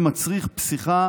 המצריך פסיחה